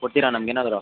ಕೊಡ್ತೀರಾ ನಮ್ಗ ಏನಾದರು